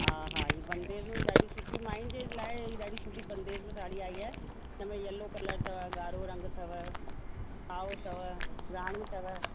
हा हा हीअ बंधेज में ई ॾाढी सुठियूं माइयुनि जे लाइ हीअ ॾाढी सुठी बंधेज में साड़ी आई आहे हुन में यैल्लो कलर अथव ॻाढ़ो रंग अथव साओ अथव राणी अथव